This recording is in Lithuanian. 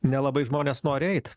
nelabai žmonės nori eit